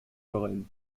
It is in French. foraine